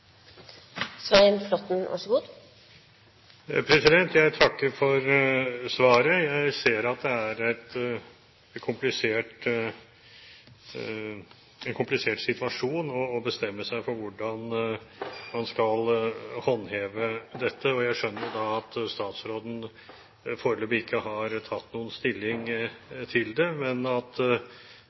Jeg takker for svaret. Jeg ser at det er en komplisert situasjon å bestemme seg for hvordan man skal håndheve dette. Jeg skjønner at statsråden foreløpig ikke har tatt noen stilling til det, men at